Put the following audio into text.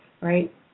right